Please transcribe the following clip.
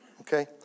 okay